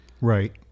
Right